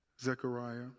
Zechariah